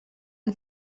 you